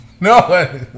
No